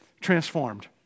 transformed